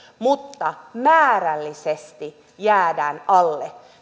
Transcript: mutta määrällisesti jäädään alle